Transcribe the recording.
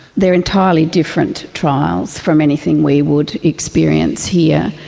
they are entirely different trials from anything we would experience here.